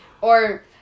Or-